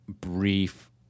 brief